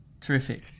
Terrific